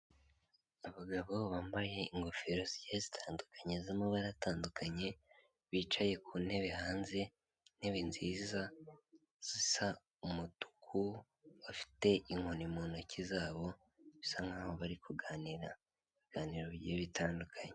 Abagabo bambaye ingofero zigiye zitandukanye z'amabara aratandukanye, bicaye ku ntebe hanze, intebe nziza zisa umutuku, bafite inkoni mu ntoki zabo, bisa nk'aho bari kuganira, ibiganiro bigiye bitandukanye.